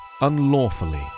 unlawfully